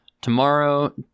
Tomorrow